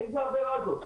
איזו עבירה זאת?